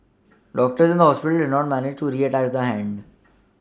doctors at the hospital did not manage to reattach the hand